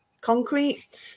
concrete